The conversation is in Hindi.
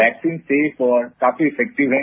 वैक्सीन सेफ और काफी इफेक्टिव है